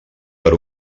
per